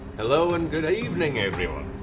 hello and good evening, everyone.